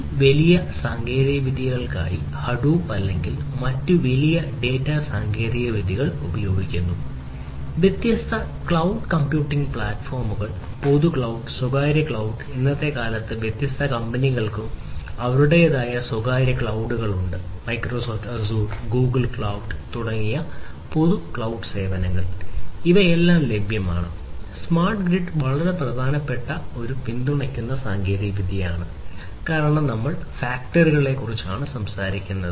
ഈ വലിയ ഡാറ്റ സാങ്കേതികവിദ്യകൾക്കായി ഹഡൂപ്പ് വളരെ പ്രധാനപ്പെട്ട ഒരു പിന്തുണയ്ക്കുന്ന സാങ്കേതികവിദ്യയാണ് കാരണം നമ്മൾ ഫാക്ടറികളെക്കുറിച്ചാണ് സംസാരിക്കുന്നത്